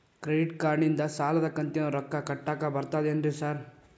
Credit ಕಾರ್ಡನಿಂದ ಸಾಲದ ಕಂತಿನ ರೊಕ್ಕಾ ಕಟ್ಟಾಕ್ ಬರ್ತಾದೇನ್ರಿ ಸಾರ್?